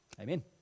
amen